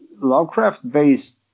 Lovecraft-based